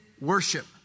worship